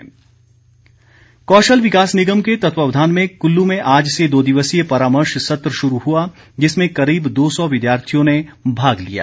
परामर्श सत्र कौशल विकास निगम के तत्वावधान में कुल्लू में आज से दो दिवसीय परामर्श सत्र शुरू हुआ जिसमें करीब दो सौ विद्यार्थियों ने भाग लिया